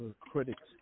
critics